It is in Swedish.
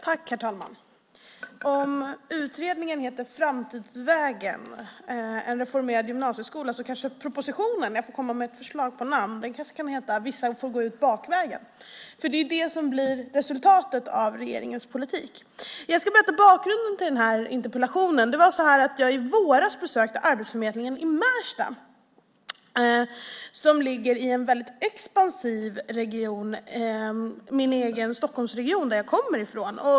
Herr talman! Om utredningen heter Framtidsvägen - en reformerad gymnasieskola kanske jag får komma med ett förslag på namn på propositionen. Den kanske kan heta: Vissa får gå ut bakvägen. För det är det som blir resultatet av regeringens politik. Jag ska berätta om bakgrunden till den här interpellationen. I våras besökte jag Arbetsförmedlingen i Märsta som ligger i en väldigt expansiv region, i Stockholmsregionen där jag kommer ifrån.